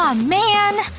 um man,